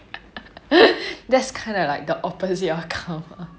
that's kinda like the opposite of karma